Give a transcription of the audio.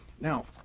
Now